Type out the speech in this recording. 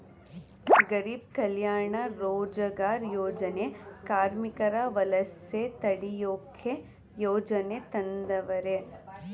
ಗಾರೀಬ್ ಕಲ್ಯಾಣ ರೋಜಗಾರ್ ಯೋಜನೆ ಕಾರ್ಮಿಕರ ವಲಸೆ ತಡಿಯೋಕೆ ಯೋಜನೆ ತಂದವರೆ